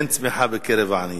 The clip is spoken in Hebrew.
אין צמיחה בקרב העניים.